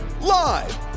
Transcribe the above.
Live